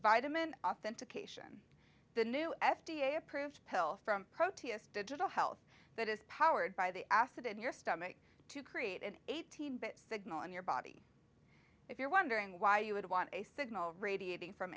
vitamin authentication the new f d a approved pill from proteus digital health that is powered by the acid in your stomach to create an eighteen bit signal in your body if you're wondering why you would want a signal radiating from